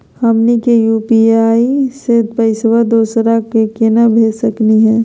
हमनी के यू.पी.आई स पैसवा दोसरा क केना भेज सकली हे?